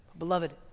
Beloved